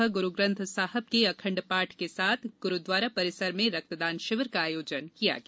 आज सुबह गुरुग्रंथ साहब के अखण्ड पाठ के साथ गुरुद्वारा परिसर में रक्तदान शिविर का आयोजन किया गया